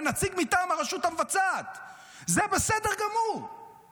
הכול בסדר, הכול בסדר.